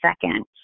second